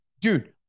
dude